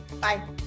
Bye